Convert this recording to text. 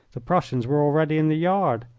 the prussians were already in the yard.